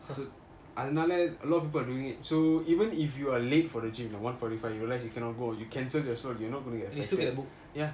அதுனால:athunala a lot of people are doing it so even if you are late for the gym one forty five you realise you cannot go you cancel your slot you're not gonna get ya ya